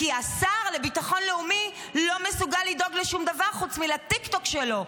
כי השר לביטחון לאומי לא מסוגל לדאוג לשום דבר חוץ מלטיקטוק שלו,